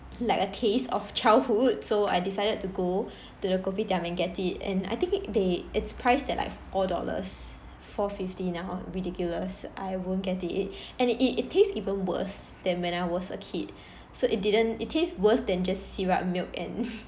like a taste of childhood so I decided to go to the kopitiam and get it and I think they it's priced at like four dollars four fifty now ridiculous I won't get it and it it tastes even worse than when I was a kid so it didn't it taste worse than just syrup milk and